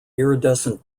iridescent